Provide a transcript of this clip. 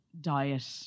diet